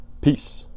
Peace